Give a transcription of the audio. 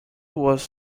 was